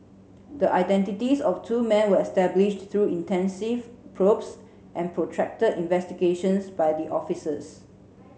the identities of two men were established through intensive probes and protracted investigations by the officers